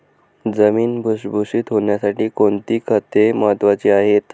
जमीन भुसभुशीत होण्यासाठी कोणती खते महत्वाची आहेत?